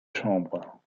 chambre